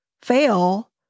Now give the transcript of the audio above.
fail